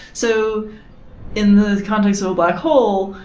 so in the context of a black hole,